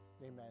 Amen